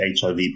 HIV